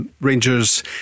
Rangers